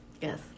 Yes